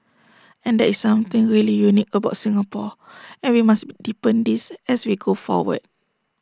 and that is something really unique about Singapore and we must deepen this as we go forward